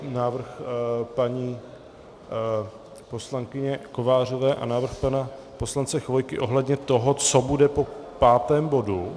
Návrh paní poslankyně Kovářové a návrh pana poslance Chvojky ohledně toho, co bude po pátém bodu.